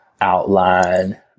outline